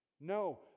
No